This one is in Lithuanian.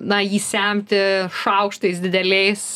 na jį semti šaukštais dideliais